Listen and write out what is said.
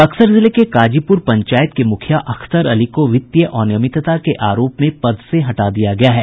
बक्सर जिले के काजीपूर पंचायत के मुखिया अख्तर अली को वित्तीय अनियमितता के आरोप में पद से हटा दिया गया है